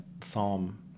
psalm